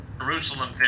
Jerusalem